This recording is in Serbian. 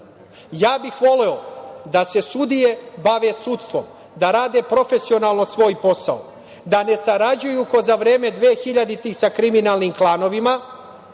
bih da se sudije bave sudstvom, da rade profesionalno svoj posao, da ne sarađuju kao za vreme dvehiljaditih sa kriminalnim klanovima,